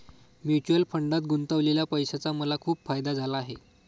mutual फंडात गुंतवलेल्या पैशाचा मला खूप फायदा झाला आहे